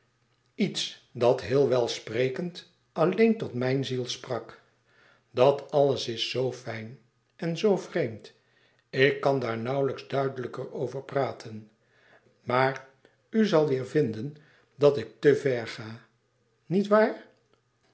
iets dat heel welsprekend alleen tot mijn ziel sprak dat alles is zoo fijn en zoo vreemd ik kan daar nauwlijks duidelijker over praten maar u zal weêr vinden dat ik te ver ga niet waar